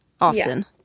Often